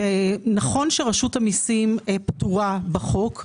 ונכון שרשות המיסים פטורה בחוק,